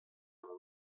mon